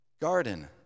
Garden